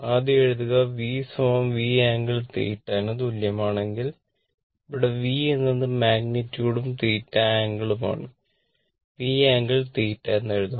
ആദ്യം എഴുതുക v V angle θ ന് തുല്യമാണെങ്കിൽ ഇവിടെ V എന്നത് മാഗ്നിറ്റ്യൂഡും θ ആംഗിളും ആണ് V ആംഗിൾ θ എന്നും എഴുതാം